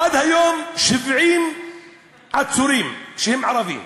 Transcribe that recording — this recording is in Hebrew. עד היום 70 עצורים שהם ערבים,